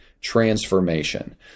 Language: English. transformation